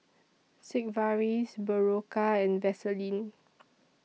Sigvaris Berocca and Vaselin